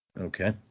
Okay